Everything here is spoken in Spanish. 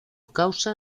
causa